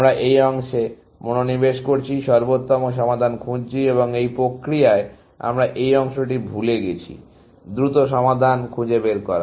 আমরা এই অংশে মনোনিবেশ করছি সর্বোত্তম সমাধান খুঁজছি এবং এই প্রক্রিয়ায় আমরা এই অংশটি ভুলে গেছি দ্রুত সমাধান খুঁজে বের করা